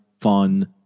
fun